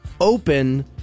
open